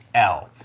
l.